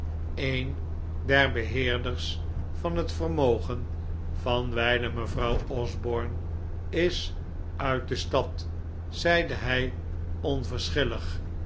een der beheerders van het vermogen van wijlen mevrouw osborne is uit de stad zeide hij